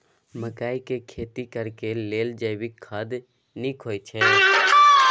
मकई के खेती करेक लेल जैविक खाद नीक होयछै?